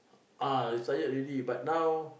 ah retired already but now